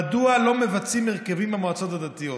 מדוע לא מבצעים הרכבים במועצות הדתיות?